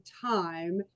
time